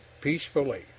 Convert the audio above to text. peacefully